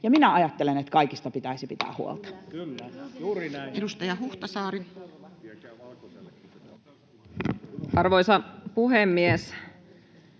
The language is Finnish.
minä ajattelen, että kaikista pitäisi pitää huolta. Edustaja Huhtasaari. Arvoisa puhemies!